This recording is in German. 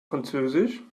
französisch